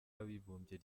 w’abibumbye